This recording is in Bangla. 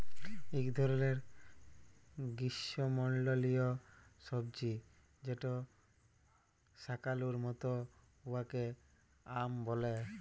ইক ধরলের গিস্যমল্ডলীয় সবজি যেট শাকালুর মত উয়াকে য়াম ব্যলে